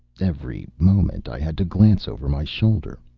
every moment i had to glance over my shoulder.